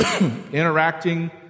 Interacting